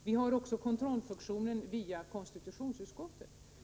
Vi har också kontrollfunktionen via konstitutionsutskottet.